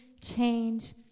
change